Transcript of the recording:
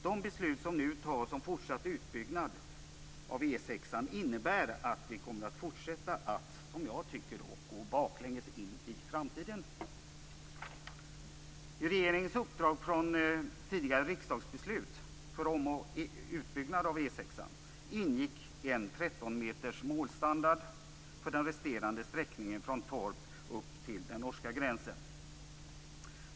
De beslut som nu antas om fortsatt utbyggnad av E 6 innebär att vi kommer att fortsätta att, som jag tycker, gå baklänges in i framtiden. I regeringens uppdrag från tidigare riksdagsbeslut för utbyggnad av E 6 ingick en 13 meters målstandard för den resterande sträckningen från Torp till den norska gränsen.